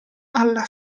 alla